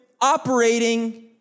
operating